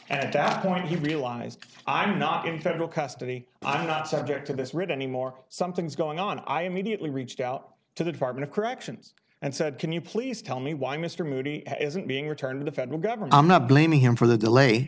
at that point he realized i'm not in federal custody i'm not subject to this rig anymore something's going on i immediately reached out to the department of corrections and said can you please tell me why mr moody isn't being returned to the federal government not blaming him for the delay